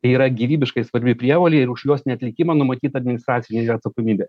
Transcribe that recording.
tai yra gyvybiškai svarbi prievolė ir už jos neatlikimą numatyta administracinė atsakomybė